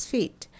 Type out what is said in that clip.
Feet